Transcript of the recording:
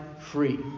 free